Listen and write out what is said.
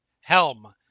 helm